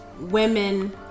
women